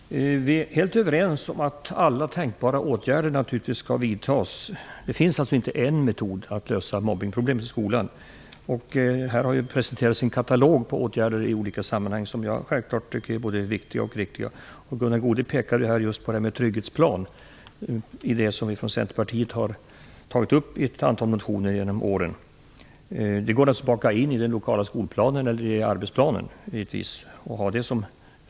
Herr talman! Vi är helt överens om att alla tänkbara åtgärder naturligtvis skall vidtas. Det finns inte bara en metod att lösa mobbningsproblemet i skolan. Här har presenterats en katalog på åtgärder i olika sammanhang som jag självklart tycker är både viktiga och riktiga. Gunnar Goude pekade just på behovet av en trygghetsplan, vilket vi i Centerpartiet har tagit upp i ett antal motioner genom åren. Den går att baka in i den lokala skolplanen eller i arbetsplanen om man så vill.